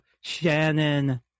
Shannon